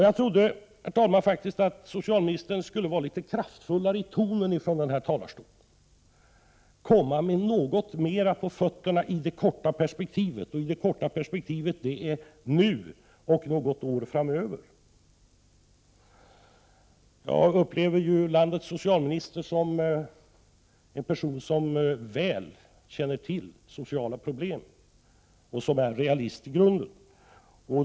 Jag trodde faktiskt att socialministern skulle vara litet kraftfullare när hon uttalade sig här i talarstolen, att hon så att säga skulle ha litet mera på fötterna i det korta perspektivet — alltså nu och några år framöver. Jag upplever landets socialminister som en person, som väl känner till de sociala problemen och i grunden är realist.